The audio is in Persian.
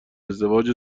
ازدواج